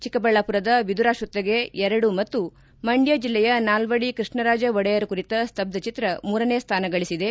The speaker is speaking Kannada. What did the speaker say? ಚಿಕ್ಕಬಳ್ಳಾಮರದ ವಿದುರಾಶ್ವಕ್ಷಗೆ ಎರಡು ಮತ್ತು ಮಂಡ್ಕ ಜಿಲ್ಲೆಯ ನಾಲ್ವಡಿ ಕೃಷ್ಣರಾಜ ಒಡೆಯರ್ ಕುರಿತ ಸ್ತಬ್ಬ ಚಿತ್ರ ಮೂರನೇ ಸ್ಥಾನಗಳಿಸಿದೆ